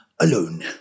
alone